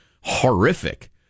horrific